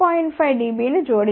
5 dB ని జోడించండి